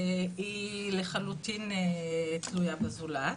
והיא לחלוטין תלויה בזולת,